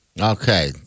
Okay